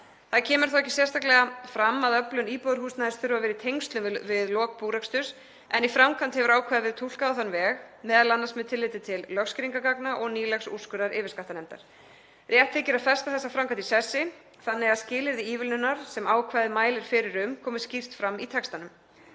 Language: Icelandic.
Það kemur þó ekki sérstaklega fram að öflun íbúðarhúsnæðisins þurfi að vera í tengslum við lok búreksturs en í framkvæmd hefur ákvæðið verið túlkað á þann veg, m.a. með tilliti til lögskýringargagna og nýlegs úrskurðar yfirskattanefndar. Rétt þykir að festa þessa framkvæmd í sessi þannig að skilyrði ívilnunar sem ákvæðið mælir fyrir um komi skýrt fram í texta